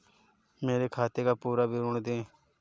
मेरे खाते का पुरा विवरण दे?